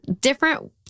different